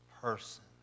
person